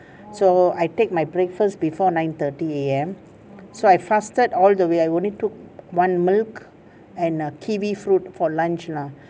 so I take my breakfast before nine thirty A_M so I fasted all the way I only took one milk and a kiwi fruit for lunch lah